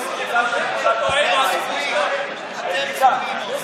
58, אין נמנעים.